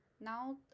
now